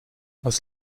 aus